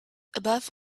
above